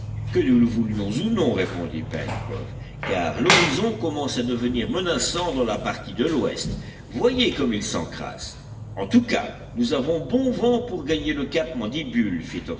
que nous le voulions ou non répondit pencroff car l'horizon commence à devenir menaçant dans la partie de l'ouest voyez comme il s'encrasse en tout cas nous avons bon vent pour gagner le cap mandibule